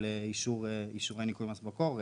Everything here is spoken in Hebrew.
על אישור ניכוי מס במקור,